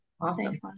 Awesome